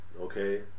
okay